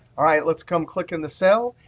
all right, let's come click in the cell,